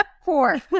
four